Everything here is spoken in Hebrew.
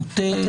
מוטה.